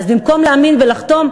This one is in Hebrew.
אז במקום להאמין ולחתום,